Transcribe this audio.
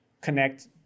connect